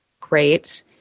great